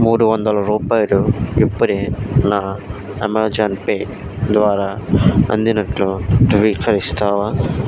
మూడు వందల రూపాయలు ఇప్పుడే నా అమెజాన్ పే ద్వారా అందినట్లు ధృవీకరిస్తావా